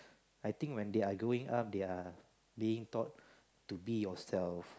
I think when they are growing up they are being taught to be yourself